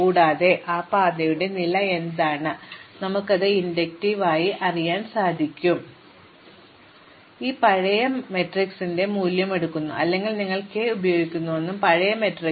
കൂടാതെ ആ പാതയുടെ വില എന്താണ് നമുക്ക് അത് ഇൻഡക്റ്റീവ് ആയി അറിയാം 1 മുതൽ k വരെ മൈനസ് 1 ഇൻഡക്റ്റീവ് കെ മൈനസ് 1 ഉപയോഗിച്ച് i മുതൽ k വരെയുള്ള മികച്ച പാതയുടെ വില ഞങ്ങൾക്ക് ഉണ്ട് ഞങ്ങളുടെ മാട്രിക്സ് W k മൈനസ് 1 ൽ നിങ്ങൾക്ക് k മുതൽ j വരെ മികച്ച പാതയുണ്ട്